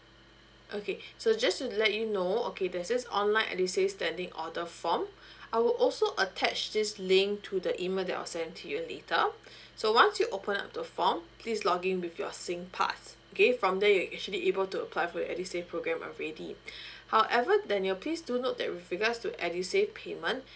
okay so just to let you know okay there's this online edusave standing order form I will also attach this link to the email that I'll send it to you later so once you open up the form please login with your singpass okay from there you actually able to apply for your edusave program already however daniel please do note that with regards to edusave payment